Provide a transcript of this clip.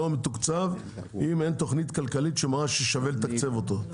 מתוקצב; אם אין תכנית כלכלית שמראה ששווה לתקצב אותו".